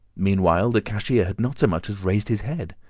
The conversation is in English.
meanwhile, the cashier had not so much as raised his head.